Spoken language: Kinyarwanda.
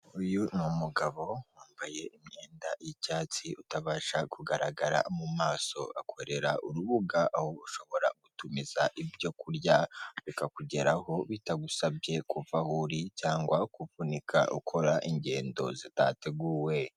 Uyu ni numugabo wambaye imyenda y'icyatsi utabasha kugaragara mu maso, akorera urubuga aho ushobora gutumiza ibyoku kurya bikakugeraho bitagusabye kuva aho uri cyangwa kuvunika ukora ingendo zitateguwe.